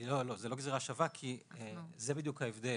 לא, זו לא גזירה שווה, כי זה בדיוק ההבדל.